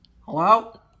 Hello